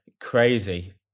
crazy